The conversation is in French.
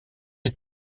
les